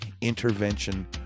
intervention